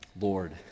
Lord